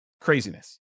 craziness